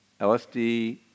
LSD